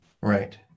Right